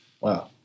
Wow